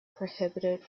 prohibited